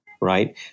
Right